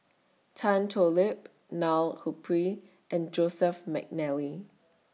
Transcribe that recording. Tan Thoon Lip Neil Humphreys and Joseph Mcnally